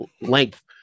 length